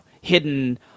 hidden